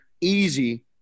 easy